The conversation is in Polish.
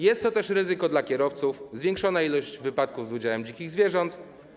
Jest to też ryzyko dla kierowców - zwiększona liczba wypadków z udziałem dzikich zwierząt.